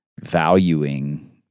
valuing